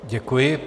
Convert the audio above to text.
Děkuji.